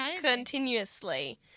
continuously